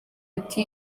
ati